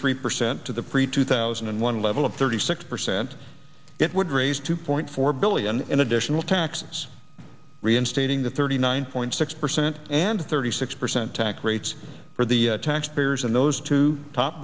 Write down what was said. three percent to the pre two thousand and one level of thirty six percent it would raise two point four billion in additional taxes reinstating the thirty nine point six percent and thirty six percent tax rates for the tax payers those two top